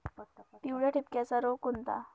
पिवळ्या ठिपक्याचा रोग कोणता?